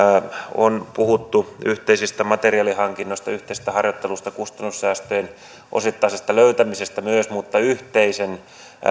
on puhuttu yhteisistä materiaalihankinnoista yhteisestä harjoittelusta kustannussäästöjen osittaisesta löytämisestä mutta myös yhteisen